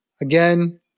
again